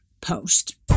post